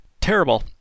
Terrible